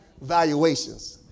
valuations